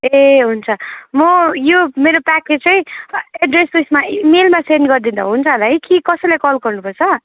ए हुन्छ म यो मेरो प्याकेज चाहिँ एड्रेस उसमा मेलमा सेन्ड गरिदिँदा हुन्छ होला है कि कसैलाई कल गर्नुपर्छ